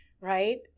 right